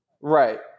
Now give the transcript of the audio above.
Right